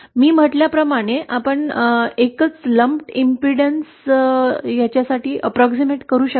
मी म्हटल्या प्रमाणे एकाही अडथळ्यामुळे तुम्ही याचा अंदाज करू शकत नाही